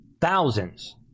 thousands